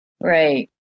Right